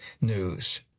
news